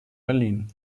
berlin